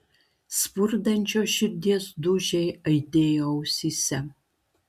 spurdančios širdies dūžiai aidėjo ausyse